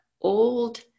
old